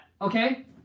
Okay